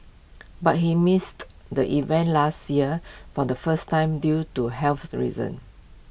but he missed the event last year for the first time due to health reasons